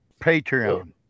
patreon